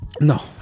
No